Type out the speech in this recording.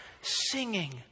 singing